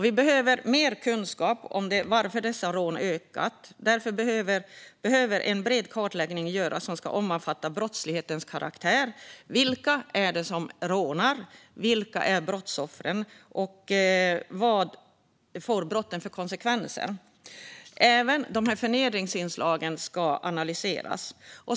Vi behöver också mer kunskap om varför dessa rån har ökat i antal. Därför behöver en bred kartläggning göras som ska omfatta brottslighetens karaktär, vilka som rånar, vilka som är brottsoffer och vad brotten får för konsekvenser. Även förnedringsinslagen ska analyseras.